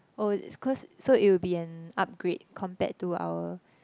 oh is cause so it would be an upgrade compared to our